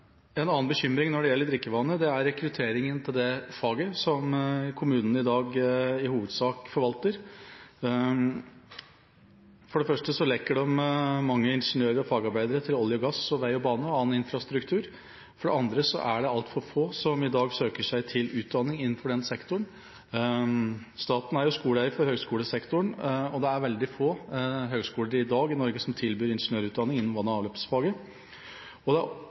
En annen bekymring når det gjelder drikkevannet, er rekrutteringen til dette faget, som kommunen i dag i hovedsak forvalter. For det første lekker de mange ingeniører og fagarbeidere til sektorene olje, gass, vei, bane og annen infrastruktur. For det andre er det altfor få som i dag søker seg til utdanning innenfor denne sektoren. Staten er skoleeier for høgskolesektoren, og det er i dag veldig få høgskoler som tilbyr ingeniørutdanning innen vann- og avløpsfaget. Det er naturlig nok ikke så mange som søker seg til det faget. Det er